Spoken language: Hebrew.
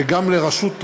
וגם לראשות רשות,